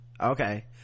Okay